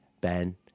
Ben